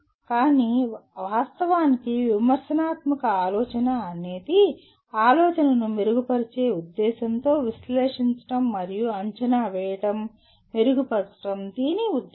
కానీ వాస్తవానికి విమర్శనాత్మక ఆలోచన అనేది ఆలోచనను మెరుగుపరిచే ఉద్దేశంతో విశ్లేషించడం మరియు అంచనా వేయడం మెరుగుపరచడం దీని ఉద్దేశ్యం